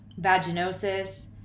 vaginosis